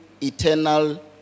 eternal